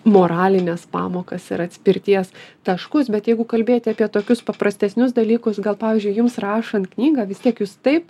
moralines pamokas ir atspirties taškus bet jeigu kalbėti apie tokius paprastesnius dalykus gal pavyzdžiui jums rašant knygą vis tiek jūs taip